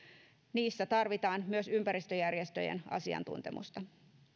niissä tarvitaan myös ympäristöjärjestöjen asiantuntemusta